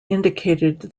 indicated